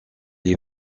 est